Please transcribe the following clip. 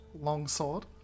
Longsword